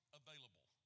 available